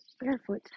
Barefoot